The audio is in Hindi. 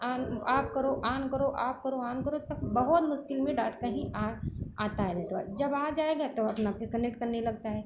आन आफ करो आन करो आफ करो आन करो तक बहुत मुश्किल में डाट कहीं आ आता है नेटवर्क जब आ जाएगा तो अपना फिर कनेक्ट करने लगता है